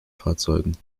fahrzeugen